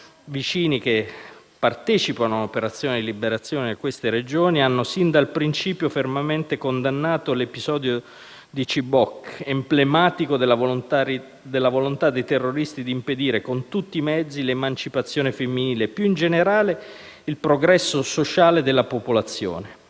vicini che partecipano alle operazioni di liberazione di queste regioni, hanno sin dal principio fermamente condannato l'episodio di Chibok, emblematico della volontà dei terroristi di impedire con tutti i mezzi l'emancipazione femminile e, più in generale, il progresso sociale della popolazione.